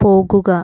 പോകുക